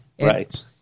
right